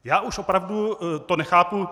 Já už opravdu to nechápu.